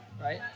Right